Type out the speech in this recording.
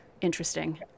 interesting